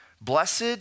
Blessed